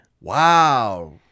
Wow